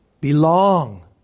belong